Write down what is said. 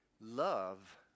love